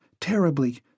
Terribly